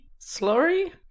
slurry